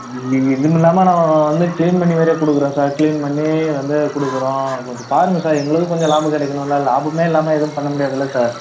நீங்கள் இதுமில்லாமல் நான் வந்து க்ளீன் பண்ணி வேறு கொடுக்குறோம் சார் க்ளீன் பண்ணி வந்து கொடுக்குறோம் கொஞ்சம் பாருங்க சார் எங்களுக்கும் கொஞ்சம் லாபம் கிடைக்கணும்ல லாபமே இல்லாமல் எதுவும் பண்ண முடியாதில்ல சார்